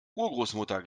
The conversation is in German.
urgroßmutter